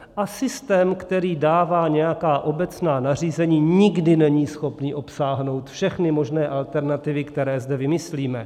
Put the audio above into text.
A systém, který dává nějaká obecná nařízení, nikdy není schopný obsáhnout všechny možné alternativy, které zde vymyslíme.